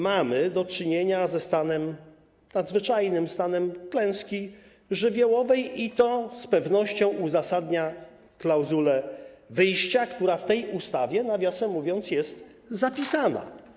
Mamy do czynienia ze stanem nadzwyczajnym, stanem klęski żywiołowej, i to z pewnością uzasadnia klauzulę wyjścia, która w tej ustawie, nawiasem mówiąc, jest zapisana.